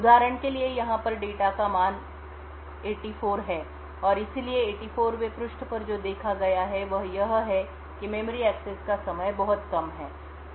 उदाहरण के लिए यहाँ पर डेटा का मान 84 है और इसलिए 84 वें पृष्ठ पर जो देखा गया है वह यह है कि मेमोरी एक्सेस का समय बहुत कम है